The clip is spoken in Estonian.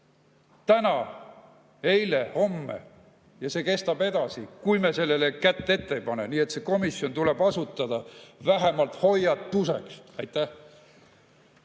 täna, eile ning homme. Ja see kestab edasi, kui me sellele kätt ette ei pane. Nii et see komisjon tuleb asutada vähemalt hoiatuseks. Aitäh!